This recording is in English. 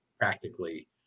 practically